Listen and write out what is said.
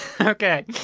Okay